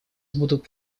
будут